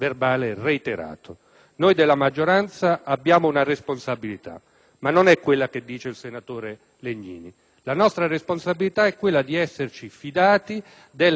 ma non è quella che dice il senatore Legnini. La nostra responsabilità è quella di esserci fidati della lealtà dell'opposizione.